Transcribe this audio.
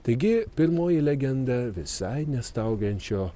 taigi pirmoji legenda visai ne staugiančio